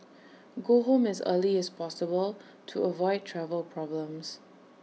go home as early as possible to avoid travel problems